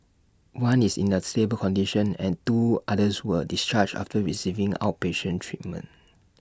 one is in A stable condition and two others were discharged after receiving outpatient treatment